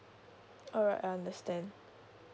alright I understand